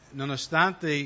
nonostante